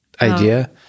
idea